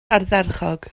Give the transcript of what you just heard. ardderchog